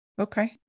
Okay